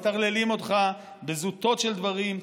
ומטרללים אותך בזוטות של דברים,